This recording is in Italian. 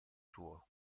suo